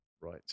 right